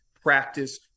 practice